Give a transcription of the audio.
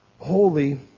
holy